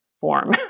form